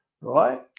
Right